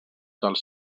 dels